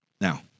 Now